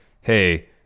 hey